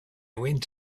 went